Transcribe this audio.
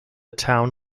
town